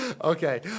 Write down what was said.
Okay